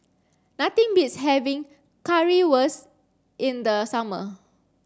nothing beats having Currywurst in the summer